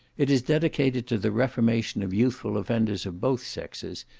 it is dedicated to the reformation of youthful offenders of both sexes,